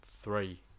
three